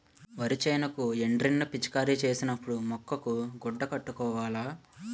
వరి సేనుకి ఎండ్రిన్ ను పిచికారీ సేసినపుడు ముక్కుకు గుడ్డ కట్టుకోవాల